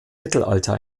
mittelalter